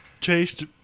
chased